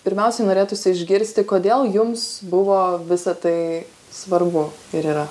pirmiausia norėtųsi išgirsti kodėl jums buvo visa tai svarbu ir yra